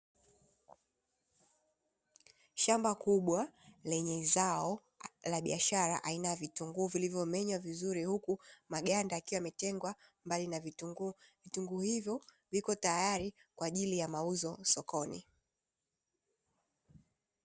Shamba kubwa lenye zao la biashara aina ya vitunguu vilivyomenywa vizuri, huku maganda yakiwa yametengwa mbali na vitunguu, vitunguu hivyo vipo tayari kwa ajili ya mauzo sokoni.